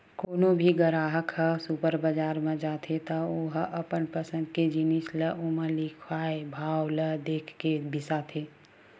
कोनो भी गराहक ह सुपर बजार म जाथे त ओ ह अपन पसंद के जिनिस ल ओमा लिखाए भाव ल देखके बिसाथे